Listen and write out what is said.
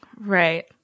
Right